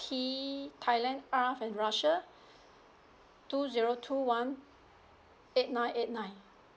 T thailand R for russia two zero two one eight nine eight nine